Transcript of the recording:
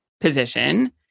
position